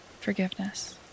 forgiveness